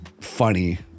funny